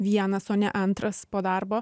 vienas o ne antras po darbo